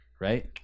Right